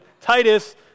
Titus